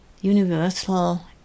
universal